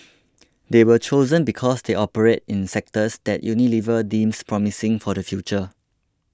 they were chosen because they operate in sectors that Unilever deems promising for the future